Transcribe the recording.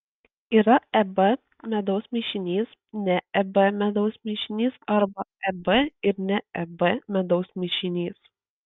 yra eb medaus mišinys ne eb medaus mišinys arba eb ir ne eb medaus mišinys